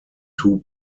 two